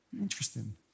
Interesting